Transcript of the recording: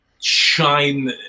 shine